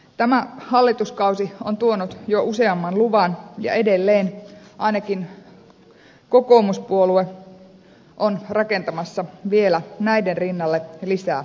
tämä hallituskausi on tuonut jo useamman luvan ja edelleen ainakin kokoomuspuolue on rakentamassa vielä näiden rinnalle lisää ydinvoimaa